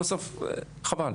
חבל.